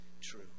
true